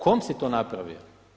Kom si to napravio?